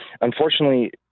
unfortunately